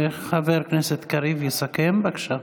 חבר הכנסת קריב יסכם, בבקשה.